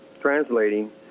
translating